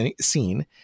scene